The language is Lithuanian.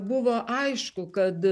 buvo aišku kad